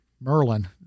Merlin